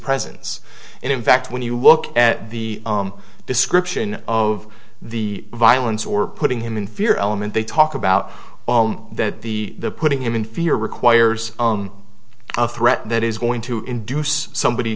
presence and in fact when you look at the description of the violence or putting him in fear element they talk about that the the putting him in fear requires a threat that is going to induce somebody